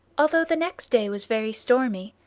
although the next day was very stormy,